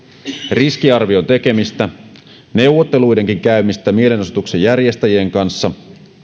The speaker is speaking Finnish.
riskiarvion tekemistä neuvotteluidenkin käymistä mielenosoituksen järjestäjien kanssa